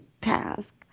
task